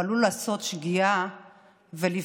הוא עלול לעשות שגיאה ולפגוע,